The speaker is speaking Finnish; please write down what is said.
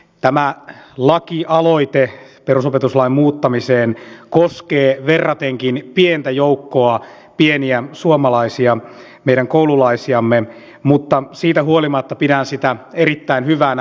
tämä lakialoite perusopetuslain muuttamisesta koskee verratenkin pientä joukkoa pieniä suomalaisia meidän koululaisiamme mutta siitä huolimatta pidän sitä erittäin hyvänä